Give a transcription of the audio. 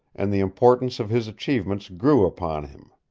and the importance of his achievements grew upon him.